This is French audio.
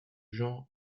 genre